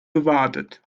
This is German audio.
gewartet